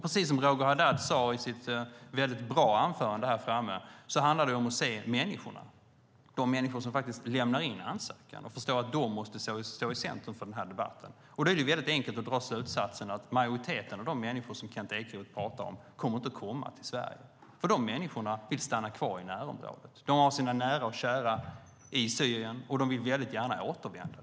Precis som Roger Haddad sade i sitt väldigt bra anförande handlar det om att se människorna, de människor som faktiskt lämnar in ansökan, och förstå att de måste stå i centrum för debatten. Då är det enkelt att dra slutsatsen att majoriteten av de människor som Kent Ekeroth talar om kommer inte att komma till Sverige. De människorna vill stanna kvar i närområdet. De har sina nära och kära i Syrien, och de vill gärna återvända.